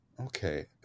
Okay